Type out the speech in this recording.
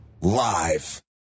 Live